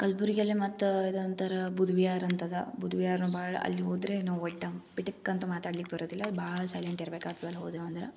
ಹಾಂ ಕಲಬುರ್ಗಿಯಲ್ಲಿ ಮತ್ತು ಇದು ಅಂತಾರ ಬುದ್ ವಿಹಾರ ಅಂತದ ಬುದ್ ವಿಹಾರ ಭಾಳ ಅಲ್ಲಿ ಹೋದ್ರೆ ನಾವು ಪಿಟಕ್ ಅಂತ ಮಾತಾಡ್ಲಿಕ್ಕೆ ಬರೋದಿಲ್ಲ ಭಾಳ್ ಸೈಲೆಂಟ್ ಇರ್ಬೇಕಾತದ ಅಲ್ಲಿ ಹೋದೆವು ಅಂದ್ರೆ